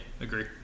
agree